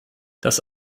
das